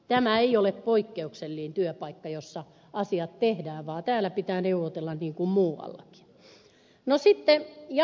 tämä ei ole poikkeuksellinen työpaikka missä asiat vain tehdään vaan täällä pitää neuvotella niin kuin muuallakin